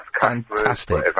fantastic